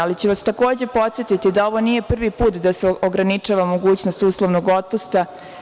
Ali ću vas takođe podsetiti da ovo nije prvi put da se ograničava mogućnost uslovnog otpusta.